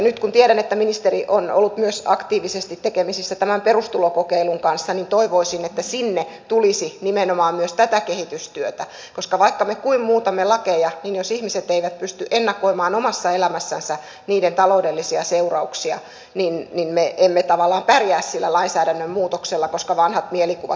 nyt kun tiedän että ministeri on ollut aktiivisesti tekemisissä myös tämän perustulokokeilun kanssa niin toivoisin että sinne tulisi myös nimenomaan tätä kehitystyötä koska vaikka me kuinka muutamme lakeja niin jos ihmiset eivät pysty ennakoimaan omassa elämässänsä niiden taloudellisia seurauksia niin me emme tavallaan pärjää sillä lainsäädännön muutoksella koska vanhat mielikuvat elävät